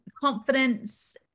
confidence